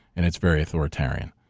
and it's very authoritarian.